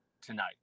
tonight